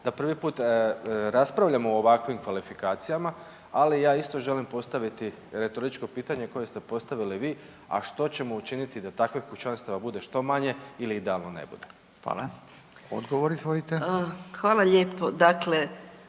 da prvi put raspravljamo o ovakvim kvalifikacijama, ali ja isto želim postaviti retoričko pitanje koje ste postavili vi, a što ćemo učiniti da takvih kućanstava bude što manje ili da ih ne bude? **Radin, Furio (Nezavisni)** Hvala.